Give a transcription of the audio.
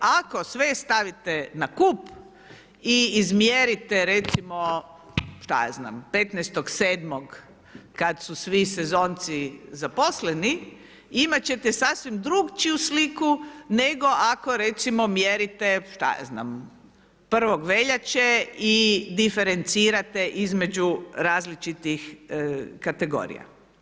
Ako sve stavite na kup i izmjerite recimo, šta ja znam, 15.7. kad su svi sezonski zaposleni, imat ćete sasvim drukčiju sliku nego ako recimo mjerite, šta ja znam, 1. veljače i diferencirate između različitih kategorija.